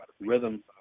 rhythm